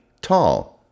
tall